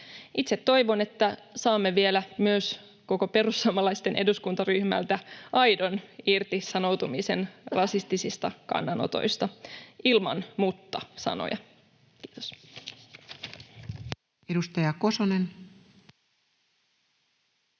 Itse toivon, että saamme vielä myös koko perussuomalaisten eduskuntaryhmältä aidon irtisanoutumisen rasistisista kannanotoista ilman ”mutta”-sanoja. — Kiitos. [Speech